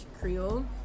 Creole